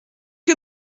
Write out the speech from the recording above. que